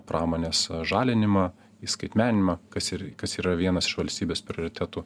pramonės žalinimą į skaitmeninimą kas ir kas yra vienas iš valstybės prioritetų